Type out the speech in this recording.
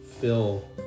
fill